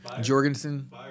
Jorgensen